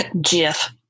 Jeff